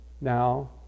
now